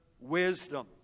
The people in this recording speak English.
wisdom